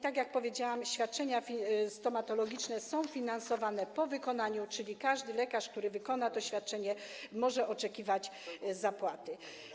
Tak jak powiedziałam, świadczenia stomatologiczne są finansowane po wykonaniu, czyli każdy lekarz, który wykona to świadczenie, może oczekiwać zapłaty.